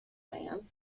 man